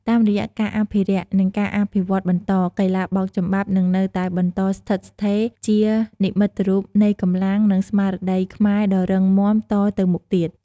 តាមរយៈការអភិរក្ស និងការអភិវឌ្ឍន៍បន្ត កីឡាបោកចំបាប់នឹងនៅតែបន្តស្ថិតស្ថេរជានិមិត្តរូបនៃកម្លាំង និងស្មារតីខ្មែរដ៏រឹងមាំតទៅមុខទៀត។